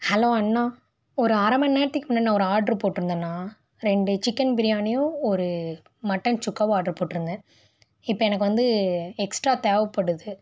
hello அண்ணா ஒரு அரை மணி நேரத்துக்கு முன்னாடி ஒரு ஆடர் போட்டிருந்தண்ணா ரெண்டு சிக்கன் பிரியாணியும் ஒரு மட்டன் சுக்காவும் ஆடர் போட்டிருந்தேன் இப்போ எனக்கு வந்து எக்ஸ்ட்ரா தேவைப்படுது